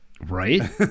Right